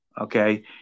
Okay